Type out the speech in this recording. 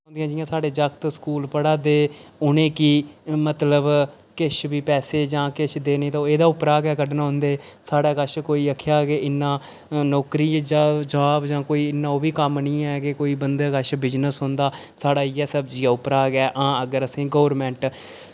जि'यां जि'यां साढ़े जागत स्कूल पढ़ै दे उनें गी मतलब किश बी पैसे जां किश देनी ते ओ एह्दे उप्परा गै कड्ढने होंदे साढ़े कश कोई आखै कि इन्ना नौकरी जां जाब जां कोई इन्ना ओह् बी कम्म नेईं ऐ कि कोई बंदे कश बिजनेस होंदा साढ़ा इयै सब्जियें उप्परा गै हां अगर असें ई गौरमैंट